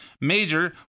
Major